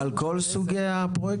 על כל סוגי הפרויקטים?